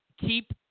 keep